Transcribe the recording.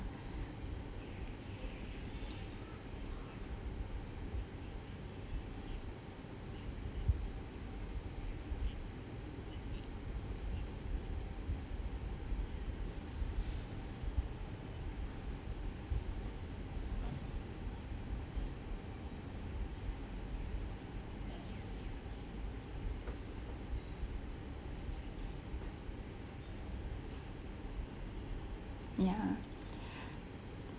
ya